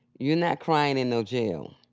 you're not crying in no jail.